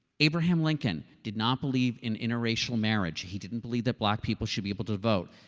abraham lincoln did not believe in interracial marriage. he didn't believe that black people should be able to vote.